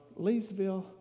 Leesville